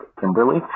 Kimberly